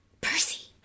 Percy